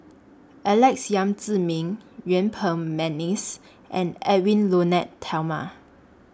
Alex Yam Ziming Yuen Peng Mcneice and Edwy Lyonet Talma